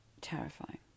terrifying